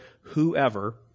whoever